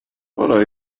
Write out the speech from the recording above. pora